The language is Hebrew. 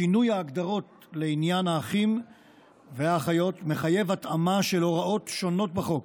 שינוי ההגדרות לעניין האחים והאחיות מחייב התאמה של הוראות שונות בחוק.